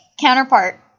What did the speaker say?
Counterpart